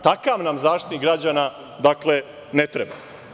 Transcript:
Takav nam Zaštitnik građana, dakle, ne treba.